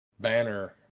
Banner